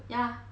ya